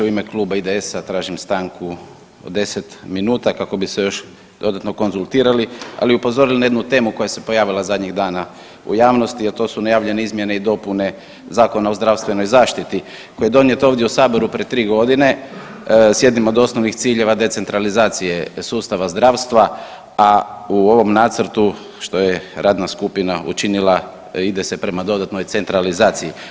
U ime kluba IDS-a tražim stanku od 10 minuta kako bi se još dodatno konzultirali, ali i upozorili na jednu temu koja se pojavila zadnjih dana u javnosti, a to su najavljene izmjene i dopune Zakona o zdravstvenoj zaštiti koji je donijet ovdje u saboru prije tri godine s jednim od osnovnih ciljeva decentralizacije sustava zdravstva, a u ovom nacrtu što je radna skupina učinila ide se prema dodatnoj centralizaciji.